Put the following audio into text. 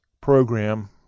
program